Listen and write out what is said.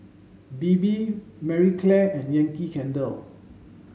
Bebe Marie Claire and Yankee Candle